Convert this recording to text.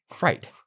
Right